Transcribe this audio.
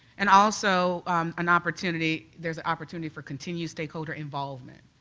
and also an opportunity, there is opportunity for continuous stakeholder involvement.